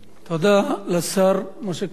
תודה לשר משה כחלון.